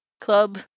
club